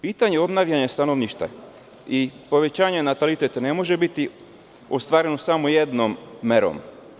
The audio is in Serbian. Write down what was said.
Pitanje obnavljanja stanovništva i povećanje nataliteta ne može biti ostvareno samo jednom merom.